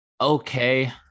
okay